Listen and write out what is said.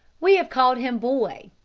we have called him boy,